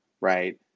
right